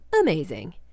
amazing